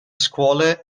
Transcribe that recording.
scuole